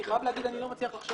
אני חייב לומר שאני לא מצליח לחשוב